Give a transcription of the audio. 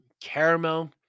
caramel